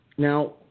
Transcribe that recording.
Now